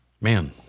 Man